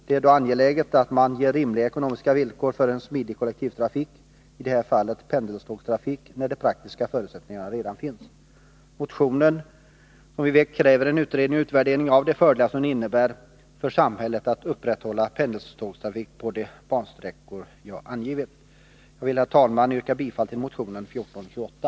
Det är då angeläget att man ger rimliga ekonomiska villkor för en smidig kollektivtrafik — i det här fallet pendeltågstrafik — när de praktiska förutsättningarna redan finns. I motionen kräver vi en utredning och utvärdering av de fördelar som det innebär för samhället att upprätthålla pendeltågstrafik på de bansträckor jag angivit. Jag vill, herr talman, yrka bifall till motionen 1428.